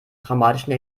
traumatischen